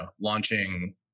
launching